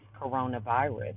coronavirus